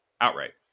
outright